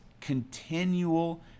continual